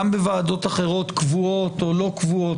גם בוועדות אחרות קבועות או לא קבועות,